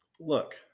Look